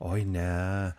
oi ne